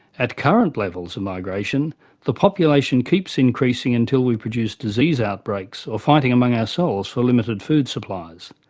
at current levels of migration the population keeps increasing until we produce disease outbreaks or fighting among ourselves for limited food supplies.